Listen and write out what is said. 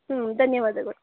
ಧನ್ಯವಾದಗಳು